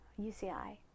UCI